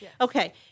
Okay